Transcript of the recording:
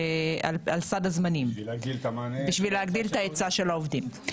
סד הזמנים בשביל להגביל את ההיצע של העובדים.